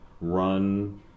run